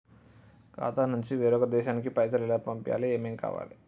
ఖాతా నుంచి వేరొక దేశానికి పైసలు ఎలా పంపియ్యాలి? ఏమేం కావాలి?